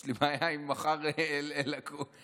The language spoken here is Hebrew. יש לי בעיה עם מחר-היום לקום.